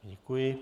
Děkuji.